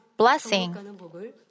Blessing